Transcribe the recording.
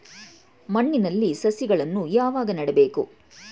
ಮಣ್ಣಿನಲ್ಲಿ ಸಸಿಗಳನ್ನು ಯಾವಾಗ ನೆಡಬೇಕು?